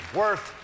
worth